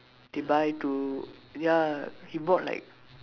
they buy to ya he brought like